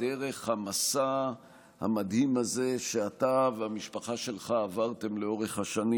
דרך המסע המדהים הזה שאתה והמשפחה שלך עברתם לאורך השנים,